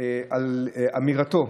על אמירתו